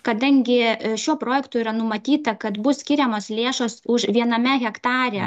kadangi šiuo projektu yra numatyta kad bus skiriamos lėšos už viename hektare